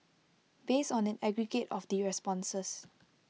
based on an aggregate of the responses